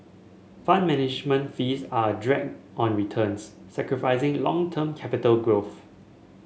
Fund Management fees are a drag on returns sacrificing long term capital growth